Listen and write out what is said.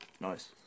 Nice